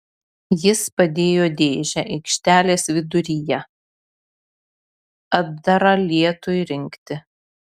jis padėjo dėžę aikštelės viduryje atdarą lietui rinkti